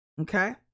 Okay